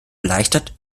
erleichtert